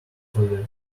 polyester